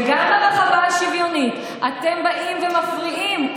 וגם ברחבה השוויונית אתם באים ומפריעים,